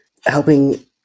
helping